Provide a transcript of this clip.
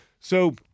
So-